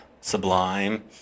sublime